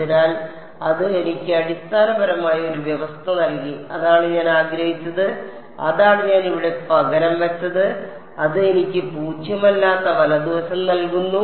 അതിനാൽ അത് എനിക്ക് അടിസ്ഥാനപരമായി ഒരു വ്യവസ്ഥ നൽകി അതാണ് ഞാൻ ആഗ്രഹിച്ചത് അതാണ് ഞാൻ ഇവിടെ പകരം വച്ചത് അത് എനിക്ക് പൂജ്യമല്ലാത്ത വലതു വശം നൽകുന്നു